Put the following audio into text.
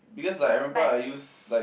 because like I remember I use like